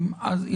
אז,